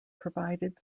provided